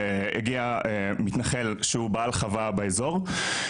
הגיע מתנחל שהוא בעל חווה באזור,